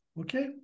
Okay